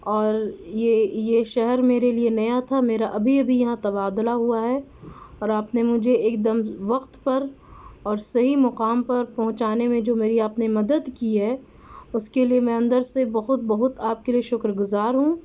اور یہ یہ شہر میرے لیے نیا تھا میرا ابھی ابھی یہاں تبادلہ ہوا ہے اور آپ نے مجھے ایک دم وقت پر اور صحیح مقام پر پہنچانے میں جو میری آپ نے مدد کی ہے اس کے لیے میں اندر سے بہت بہت آپ کے لیے شکر گزار ہوں